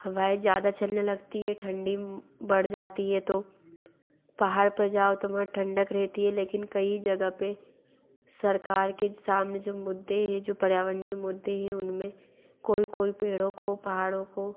हवाए ज़्यादा चलने लगती है ठण्डी बढ़ जाती है तो पहाड़ पर जाओ तो वहाँ ठंडक रहती है लेकिन कई जगह पर सरकार के सामने जो मुद्दे है जो पर्यावरणीय मुद्दे हैं उनमें कोई पेड़ो को पहाड़ों को